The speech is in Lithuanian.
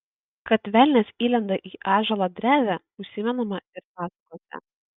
kad velnias įlenda į ąžuolo drevę užsimenama ir pasakose